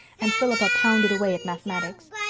and philippa pounded away at mathematics.